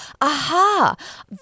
aha